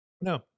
No